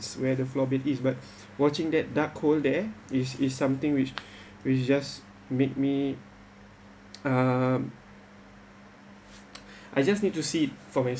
where the floor be~ wet but watching that dark cold there is is something which which just made me um I just need to see it from my